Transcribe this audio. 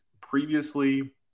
previously